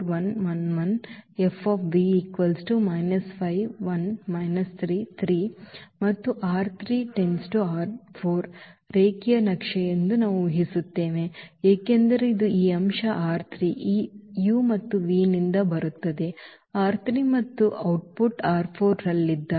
ಮತ್ತು ಈ ರ ರೇಖೀಯ ನಕ್ಷೆ ಎಂದು ನಾವು ಊಹಿಸುತ್ತೇವೆ ಏಕೆಂದರೆ ಇದು ಈ ಅಂಶ ಈ u ಮತ್ತು v ನಿಂದ ಬರುತ್ತದೆ ಮತ್ತು ಔಟ್ಪುಟ್ ರಲ್ಲಿದೆ